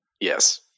Yes